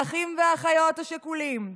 האחים והאחיות השכולים,